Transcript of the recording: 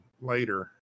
later